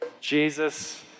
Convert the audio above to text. Jesus